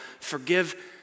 forgive